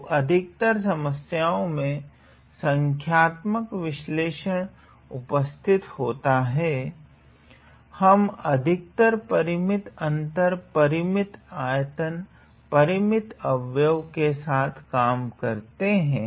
तो अधिकतर समस्याओ में संख्यात्मक विश्लेषण उपस्थित होता है हम अधिकतर परिमित अंतर परिमित आयतन परिमित अव्यव के साथ काम करते हैं